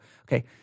Okay